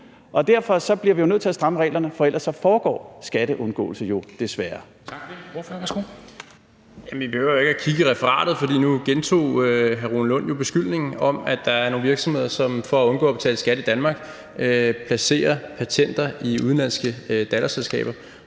Tak for det. Ordføreren, værsgo. Kl. 10:29 Rasmus Jarlov (KF): Vi behøver jo ikke at kigge i referatet, for nu gentog hr. Rune Lund jo beskyldningen om, at der er nogle virksomheder, som for at undgå at betale skat i Danmark placerer patenter i udenlandske datterselskaber.